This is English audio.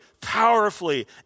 powerfully